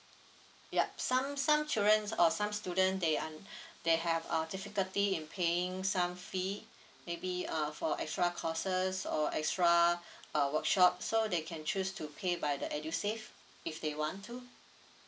yup some some childrens or some student they are n~ they have err difficulty in paying some fee maybe err for extra courses or extra uh workshop so they can choose to pay by the edusave if they want to